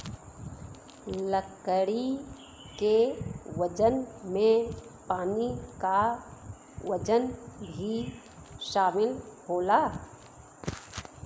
लकड़ी के वजन में पानी क वजन भी शामिल होला